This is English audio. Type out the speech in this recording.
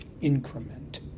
increment